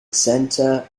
center